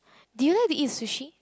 do you like to eat sushi